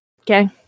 okay